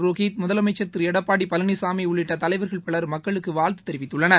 புரோஹித் முதலமைச்சர் திரு எடப்பாடி பழனிசாமி உள்ளிட்ட தலைவர்கள் மக்களுக்கு வாழ்த்து தெரிவித்துள்ளன்